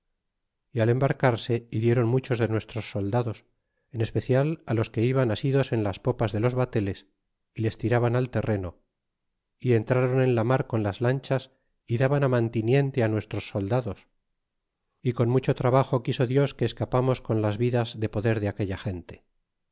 y al embarcarse hirieron muchos de nuestros soldados en especial los que iban asidos en las popas de los bateles y les tiraban al terrero y entrron en la mar con las lanchas y daban mantiniente nuestros soldados y con mucho trabajo quiso dios que escapamos con las vidas de poder de aquella gente